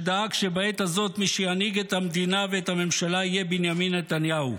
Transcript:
שדאג שבעת הזאת מי שינהיג את המדינה ואת הממשלה יהיה בנימין נתניהו.